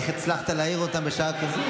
איך הצלחת להעיר אותם בשעה כזאת ככה?